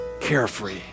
carefree